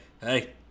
Hey